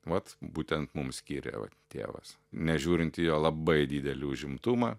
vat būtent mums skyrė va tėvas nežiūrint į jo labai didelį užimtumą